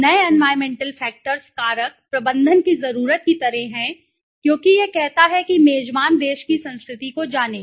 नए environmental factors कारक प्रबंधन की जरूरत की तरह हैं क्योंकि यह कहता है कि मेजबान देश की संस्कृति को जानें